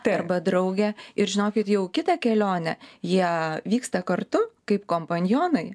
tai arba draugę ir žinokit jau kitą kelionę jie vyksta kartu kaip kompanionai